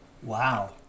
wow